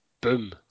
Boom